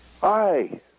Hi